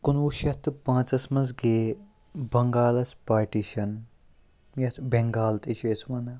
کُنہٕ وُہ شٮ۪تھ تہٕ پانٛژَس منٛز گٔے بنٛگالَس پاٹِشَن یَتھ بٮ۪نٛگال تہِ چھِ أسۍ وَنان